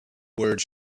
words